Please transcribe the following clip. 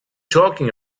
talking